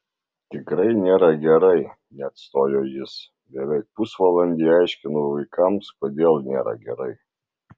tikrai nėra gerai neatstojo jis beveik pusvalandį aiškinau vaikams kodėl nėra gerai